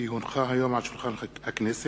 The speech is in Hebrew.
כי הונחו היום על שולחן הכנסת,